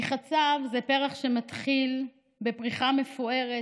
כי חצב זה פרח שמתחיל בפריחה מפוארת.